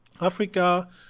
Africa